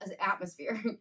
atmosphere